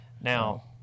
Now